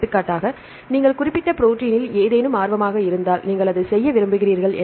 எடுத்துக்காட்டாக நீங்கள் குறிப்பிட்ட ப்ரோடீனில் ஏதேனும் ஆர்வமாக இருந்தால் நீங்கள் அதை செய்ய விரும்புகிறீர்கள்